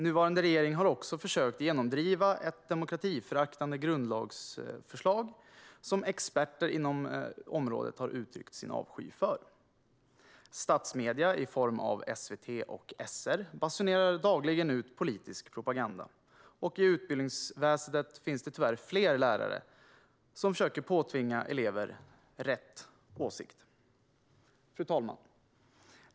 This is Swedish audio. Nuvarande regering har även försökt genomdriva ett demokratiföraktande grundlagsförslag, som experter inom området har uttryckt sin avsky för. Statsmedierna, i form av SVT och SR, basunerar dagligen ut politisk propaganda, och i utbildningsväsendet finns det tyvärr många lärare som försöker påtvinga elever "rätt" åsikt. Fru talman!